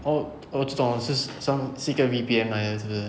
orh 我只懂是像是一个 V_P_N 来的是不是